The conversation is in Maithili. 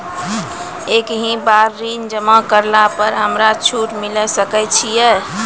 एक ही बार ऋण जमा करला पर हमरा छूट मिले सकय छै?